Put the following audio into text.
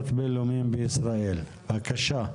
בבקשה.